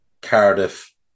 Cardiff